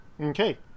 okay